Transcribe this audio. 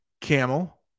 Camel